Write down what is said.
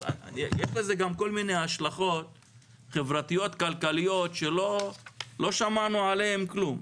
אז יש בזה גם כל מיני השלכות חברתיות כלכליות שלא שמענו עליהן כלום.